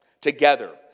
Together